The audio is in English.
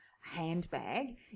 handbag